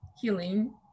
healing